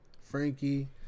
Frankie